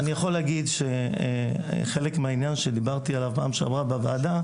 אני יכול להגיד שחלק מהעניין שדיברתי עליו בפעם שעברה בוועדה,